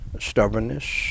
stubbornness